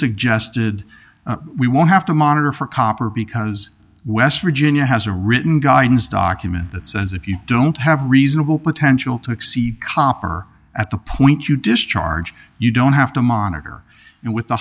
suggested we won't have to monitor for copper because west virginia has a written guidelines document that says if you don't have reasonable potential to exceed copper at the point you discharge you don't have to monitor it with the